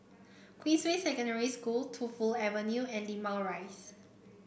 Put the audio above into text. Queensway Secondary School Tu Fu Avenue and Limau Rise